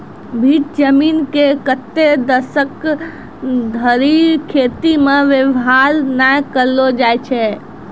भीठ जमीन के कतै दसक धरि खेती मे वेवहार नै करलो जाय छै